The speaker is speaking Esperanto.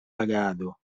agado